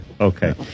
Okay